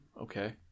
Okay